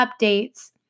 updates